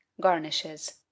garnishes